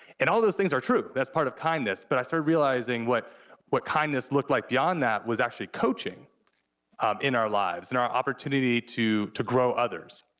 and all those things are true, that's part of kindness, but i started realizing what what kindness looked like beyond that was actually coaching um in our lives, in and our opportunity to to grow others.